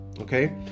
okay